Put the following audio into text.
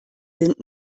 sind